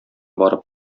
барып